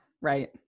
Right